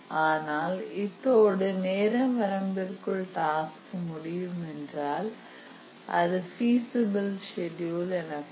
ஆனால் இத்தோடு நேரம் வரம்பிற்குள் டாஸ்க் முடியுமென்றால் அது பீசிபில் செடுயூல் எனப்படும்